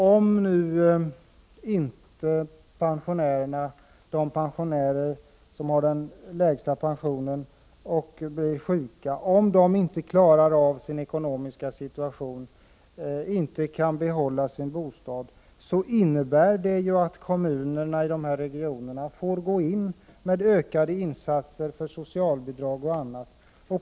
Om de pensionärer som har den lägsta pensionen blir sjuka och då inte klarar sin ekonomiska situation, inte kan behålla sin bostad, innebär det att kommunerna i dessa regioner får gå in med ökade insatser genom socialbidrag och annat.